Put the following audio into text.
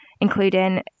including